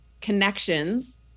connections